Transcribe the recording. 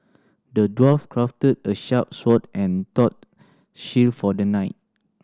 the dwarf crafted a sharp sword and tough shield for the knight